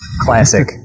Classic